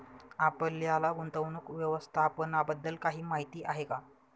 आपल्याला गुंतवणूक व्यवस्थापनाबद्दल काही माहिती आहे का?